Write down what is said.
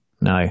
No